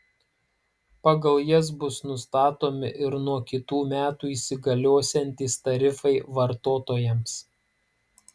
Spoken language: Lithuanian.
pagal jas bus nustatomi ir nuo kitų metų įsigaliosiantys tarifai vartotojams